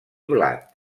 blat